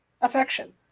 affection